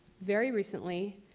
very recently,